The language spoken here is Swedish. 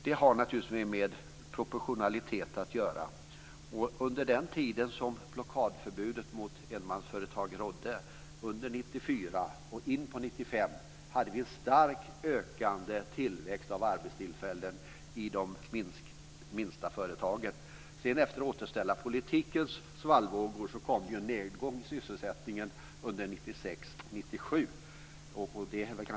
Det har med proportionalitet att göra. Under den tid som blockadförbudet mot enmansföretag rådde under 1994 och 1995 var det en starkt ökande tillväxt av arbetstillfällen i de minsta företagen. För att sedan återställa politikens svallvågor kom en nedgång i sysselsättningen under 1996 och 1997.